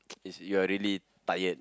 it's you're really tired